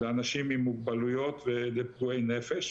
לחלק תווי קנייה לאנשים עם מוגבלויות ולפגועי נפש.